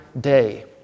day